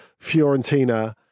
Fiorentina